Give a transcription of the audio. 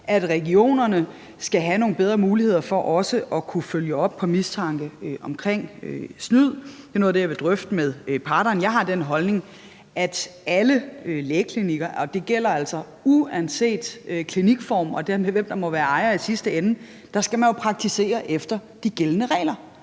at regionerne skal have nogle bedre muligheder for også at kunne følge op på mistanke om snyd. Det er noget af det, jeg vil drøfte med parterne. Jeg har den holdning, at alle lægeklinikker – og det gælder altså uanset klinikform og dermed, hvem der i sidste ende måtte være ejer – skal praktisere efter de gældende regler.